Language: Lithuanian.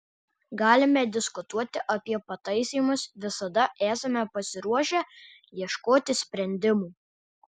galime diskutuoti apie pataisymus visada esame pasiruošę ieškoti sprendimų